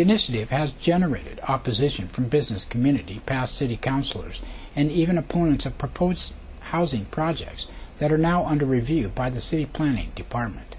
initiative has generated opposition from business community past city councillors and even a point of proposed housing projects that are now under review by the city planning department